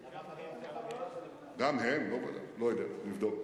גם הם, לא יודע, נבדוק.